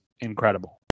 incredible